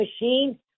machine